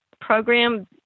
program